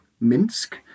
Minsk